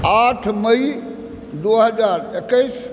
आठ मइ दू हजार एकैस